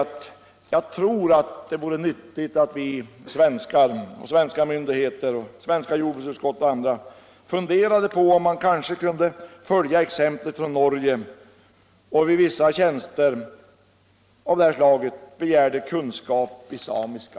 Men jag tror att det vore nyttigt att vi svenskar — svenska myndigheter, det svenska jordbruksutskottet och andra — funderade på om man kanske kunde följa det norska exemplet och beträffande vissa tjänster begära kunskap i samiska.